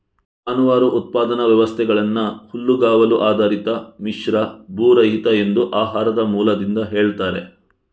ಜಾನುವಾರು ಉತ್ಪಾದನಾ ವ್ಯವಸ್ಥೆಗಳನ್ನ ಹುಲ್ಲುಗಾವಲು ಆಧಾರಿತ, ಮಿಶ್ರ, ಭೂರಹಿತ ಎಂದು ಆಹಾರದ ಮೂಲದಿಂದ ಹೇಳ್ತಾರೆ